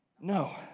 No